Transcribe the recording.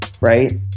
right